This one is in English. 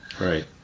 Right